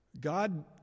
God